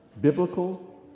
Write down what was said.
biblical